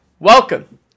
Welcome